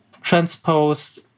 transpose